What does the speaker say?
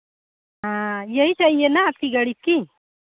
हाँ यही चाहिए ना आपकी गणित की